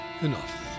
enough